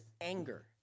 anger